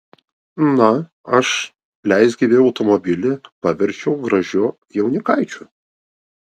na aš leisgyvį automobilį paverčiau gražiu jaunikaičiu